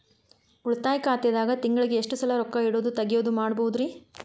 ಉಳಿತಾಯ ಖಾತೆದಾಗ ತಿಂಗಳಿಗೆ ಎಷ್ಟ ಸಲ ರೊಕ್ಕ ಇಡೋದು, ತಗ್ಯೊದು ಮಾಡಬಹುದ್ರಿ?